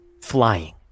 Flying